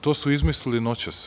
To su izmislili noćas.